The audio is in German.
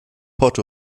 port